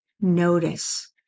notice